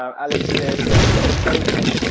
um alex says get a coach